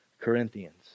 Corinthians